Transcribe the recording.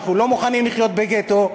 אנחנו לא מוכנים לחיות בגטו,